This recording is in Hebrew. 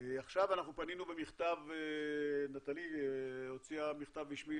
עכשיו אנחנו פנינו במכתב, נטלי הוציאה מכתב רשמי